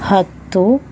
ಹತ್ತು